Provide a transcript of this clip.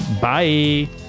Bye